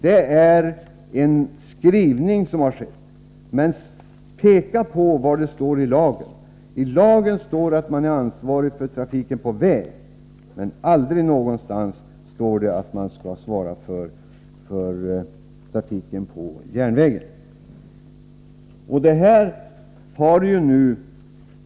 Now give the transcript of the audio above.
Det är en skrivning som har gjorts, men peka på var i lagen det står! I lagen står det att man är ansvarig för trafiken på väg, men det står inte någonstans att man skall svara för trafiken på järnväg.